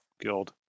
Guild